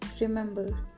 remember